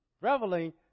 reveling